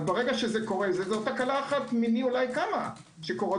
ברגע שזה קורה זה תקלה אחת מיני כמה שקורית